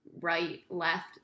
right-left